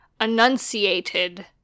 enunciated